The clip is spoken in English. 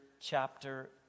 chapter